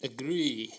Agree